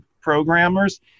programmers